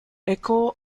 echo